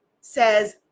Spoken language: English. says